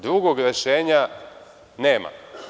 Drugog rešenja nema.